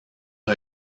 une